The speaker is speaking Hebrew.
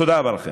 תודה רבה לכם.